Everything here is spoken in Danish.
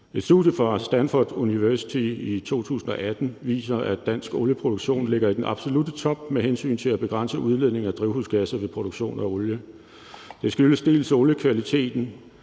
Et studie fra Stanford University i 2018 viser, at dansk olieproduktion ligger i den absolutte top med hensyn til at begrænse udledningen af drivhusgasser ved produktion af olie. Det skyldes dels oliekvaliteten,